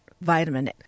vitamin